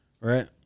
right